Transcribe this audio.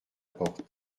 porte